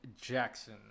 Jackson